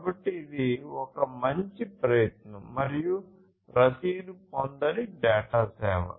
కాబట్టి ఇది ఒక మంచి ప్రయత్నం మరియు రసీదు పొందని డేటా సేవ